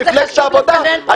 מפלגת העבודה,